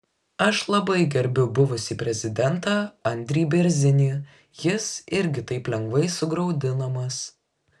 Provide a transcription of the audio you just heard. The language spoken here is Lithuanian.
aš labai gerbiu buvusį prezidentą andrį bėrzinį jis irgi taip lengvai sugraudinamas